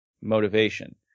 motivation